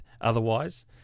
Otherwise